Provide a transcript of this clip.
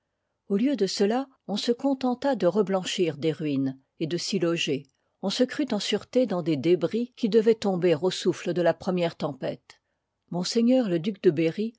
au lieu de cela on se contenta de reblanchir des ruines et de s'y loger on se crut en sûreté dans des débris qui dévoient tomber au souffle de la première tempête ms le duc de berry